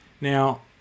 Now